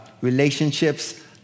relationships